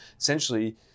essentially